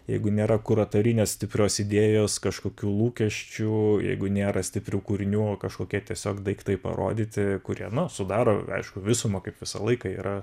jeigu nėra kuratorinės stiprios idėjos kažkokių lūkesčių jeigu nėra stiprių kūrinių o kažkokie tiesiog daiktai parodyti kurie no sudaro aišku visumą kaip visą laiką yra